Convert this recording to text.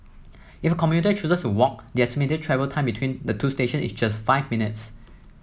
if a commuter chooses walk the estimated travel time between the two station is just five minutes